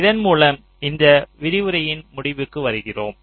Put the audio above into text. இதன் மூலம் இந்த விரிவுரையின் முடிவுக்கு வருகிறோம்